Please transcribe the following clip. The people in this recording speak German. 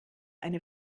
eine